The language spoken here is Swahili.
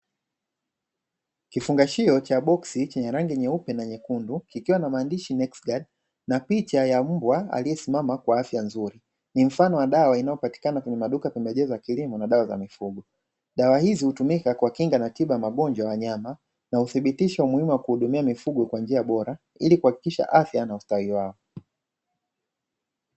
Kifungashio cha boksi chenye rangi nyeupe na nyekundu kikiwa namaandishi "Nex Gard", na picha ya mbwa aliyesimama kwa afya nzuri ni mfano wa dawa inayopatikana kwenye maduka ya pembejeo ya kilimo pamoja na dawa za mifugo, dawa hizi utumika kwa tiba ya magonjwa ya wanyama na uthibitisho muhimu wa kuwahudumia wanyama kwa njia bora ilikuhakikisha afya na ustawi wao.